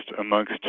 amongst